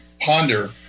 ponder